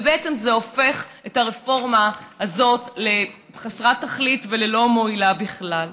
ובעצם זה הופך את הרפורמה הזאת לחסרת תכלית וללא מועילה בכלל.